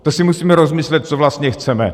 To si musíme rozmyslet, co vlastně chceme!